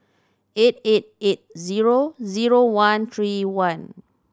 eight eight eight zero zero one three one